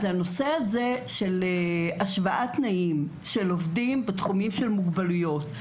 אז הנושא הזה של השוואת תנאים של עובדים בתחומים של מוגבלויות,